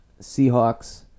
Seahawks